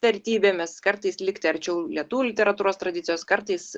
vertybėmis kartais likti arčiau lietuvių literatūros tradicijos kartais